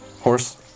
Horse